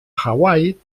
hawaii